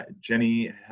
Jenny